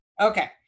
okay